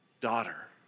Daughter